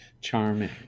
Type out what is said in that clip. charming